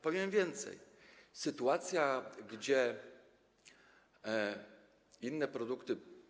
Powiem więcej: sytuacja, gdy inne produkty.